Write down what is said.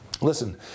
Listen